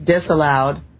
disallowed